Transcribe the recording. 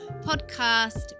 podcast